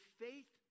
faith